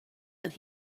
that